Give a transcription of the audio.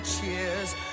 cheers